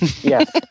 Yes